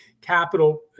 capital